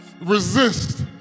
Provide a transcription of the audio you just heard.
resist